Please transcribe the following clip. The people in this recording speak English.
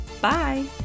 Bye